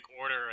order